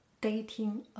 dating